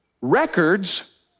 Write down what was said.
Records